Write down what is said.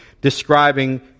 describing